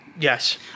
Yes